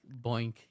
Boink